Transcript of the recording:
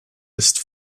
ist